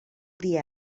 dir